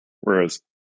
Whereas